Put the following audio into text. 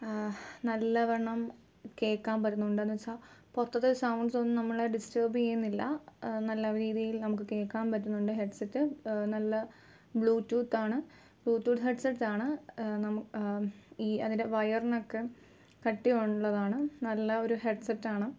നല്ലവണ്ണം കേൾക്കാൻ പറ്റുന്നുണ്ട്ന്ന് വെച്ചാൽ പുറത്തത്തെ സൗണ്ട്സൊന്നും നമ്മളെ ഡിസ്റ്റബ് ചെയ്യുന്നില്ല നല്ല രീതിയിൽ നമുക്ക് കേൾക്കാൻ പറ്റുന്നുണ്ട് ഹെഡ് സെറ്റ് നല്ല ബ്ലൂറ്റൂത്ത് ആണ് ബ്ലൂടൂത്ത് ഹെഡ് സെറ്റാണ് നമുക്ക് ഈ അതിൻറെ വയറിനൊക്കെ കട്ടിയുള്ളതാണ് നല്ല ഒരു ഹെഡ് സെറ്റ് ആണ്